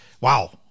Wow